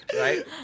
right